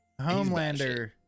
Homelander